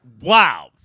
Wow